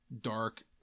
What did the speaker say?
dark